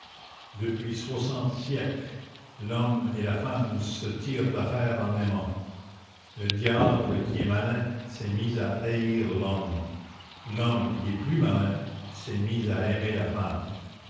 depuis soixante siècles l'homme et la femme se tirent d'affaire en aimant le diable qui est malin s'est mis à haïr l'homme l'homme qui est plus malin s'est mis à aimer la femme